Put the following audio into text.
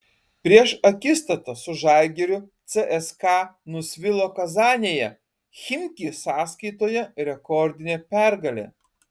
prieš akistatą su žalgiriu cska nusvilo kazanėje chimki sąskaitoje rekordinė pergalė